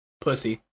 pussy